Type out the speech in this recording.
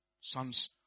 Sons